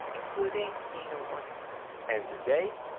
including being a warden and today,